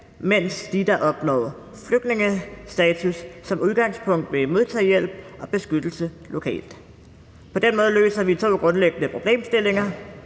mens de, der opnår flygtningestatus, som udgangspunkt vil modtage hjælp og beskyttelse lokalt. På den måde løser vi to grundlæggende problemstillinger: